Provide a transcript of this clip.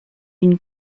une